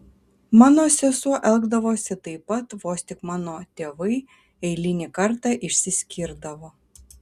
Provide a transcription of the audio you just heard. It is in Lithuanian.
mano sesuo elgdavosi taip pat vos tik mano tėvai eilinį kartą išsiskirdavo